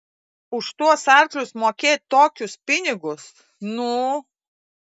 už tuos arklius mokėt tokius pinigus nu